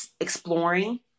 Exploring